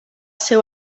seu